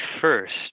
first